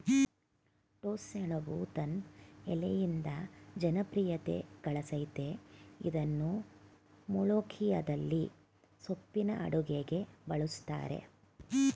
ಟೋಸ್ಸಸೆಣಬು ತನ್ ಎಲೆಯಿಂದ ಜನಪ್ರಿಯತೆಗಳಸಯ್ತೇ ಇದ್ನ ಮೊಲೋಖಿಯದಲ್ಲಿ ಸೊಪ್ಪಿನ ಅಡುಗೆಗೆ ಬಳುಸ್ತರೆ